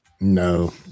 No